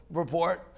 report